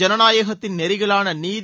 ஜனநாயகத்தின் நெறிகளான நீதி